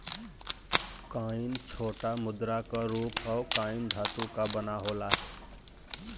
coin छोटा मुद्रा क रूप हौ कॉइन धातु क बना होला